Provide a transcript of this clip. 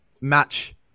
match